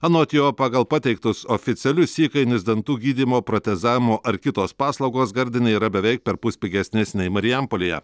anot jo pagal pateiktus oficialius įkainius dantų gydymo protezavimo ar kitos paslaugos gardine yra beveik perpus pigesnės nei marijampolėje